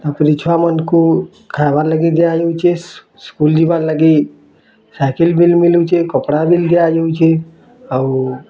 ତା'ପରେ ଛୁଆମାନଙ୍କୁ ଖାଇବାର୍ ଲାଗି ଦିଆ ଯାଉଛେ ସ୍କୁଲ୍ ଯିବାର୍ ଲାଗି ସାଇକେଲ୍ ବି ମିଲୁଛେ କପଡ଼ା ବି ଦିଆ ଯାଉଛେ ଆଉ